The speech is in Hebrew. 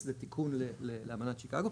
זה תיקון לאמנת שיקאגו,